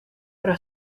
para